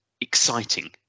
exciting